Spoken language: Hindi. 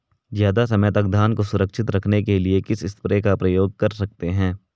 ज़्यादा समय तक धान को सुरक्षित रखने के लिए किस स्प्रे का प्रयोग कर सकते हैं?